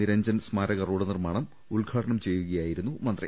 നിരഞ്ജൻ സ്മാരക റോഡ് നിർമാണം ഉദ്ഘാടനം ചെയ്യു കയായിരുന്നു മന്ത്രി